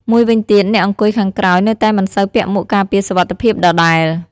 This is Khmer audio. មួយវិញទៀត អ្នកអង្គុយខាងក្រោយនៅតែមិនសូវពាក់មួកការពារសុវត្ថិភាពដដែល។